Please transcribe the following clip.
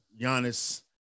Giannis